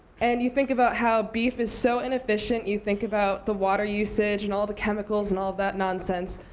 and you think about how beef is so inefficient. you think about the water usage, and all the chemicals, and all of that nonsense.